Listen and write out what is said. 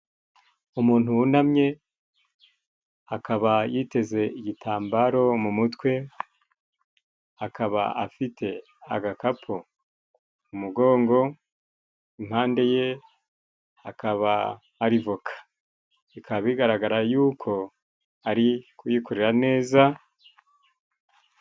Umuntu wunamye akaba yiteze igitambaro mu mutwe, akaba afite agakapu mu mugongo, impande ye hakaba hari voka, bikaba bigaragara y'uko ari kuyikorera neza.